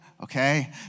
Okay